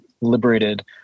liberated